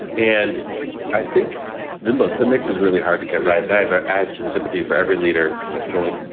and i think that, look, the mix is really hard to get right. and i bet i have some sympathy for every leader going,